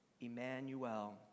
Emmanuel